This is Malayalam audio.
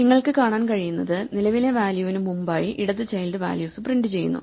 നിങ്ങൾക്ക് കാണാൻ കഴിയുന്നത് നിലവിലെ വാല്യൂവിന് മുമ്പായി ഇടത് ചൈൽഡ് വാല്യൂസ് പ്രിന്റ് ചെയ്യുന്നു